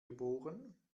geboren